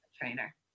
trainer